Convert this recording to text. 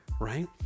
right